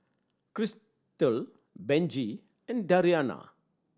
Christal Benji and Dariana